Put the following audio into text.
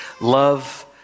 Love